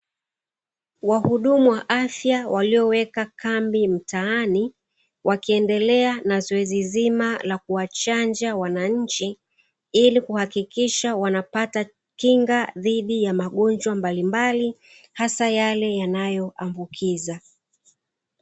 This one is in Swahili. Wahudumu wa afya walioweka kambi mtaani, wakiendelea na zoezi zima la kuwachanja wananchi ili kuhakikisha wanapata kinga dhidi ya magonjwa mbalimbali hasa yale yanayoambukiza.